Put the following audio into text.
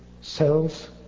cells